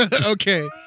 Okay